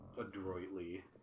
adroitly